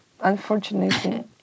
unfortunately